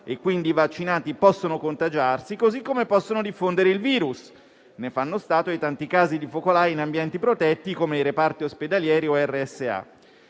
quindi, i vaccinati possono contagiarsi così come possono diffondere il virus. Ne fanno stato i tanti casi di focolai in ambienti protetti, come i reparti ospedalieri o RSA.